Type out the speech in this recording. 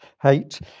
Hate